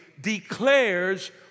declares